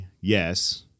Yes